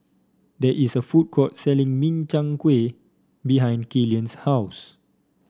there is a food court selling Min Chiang Kueh behind Killian's house